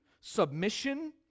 submission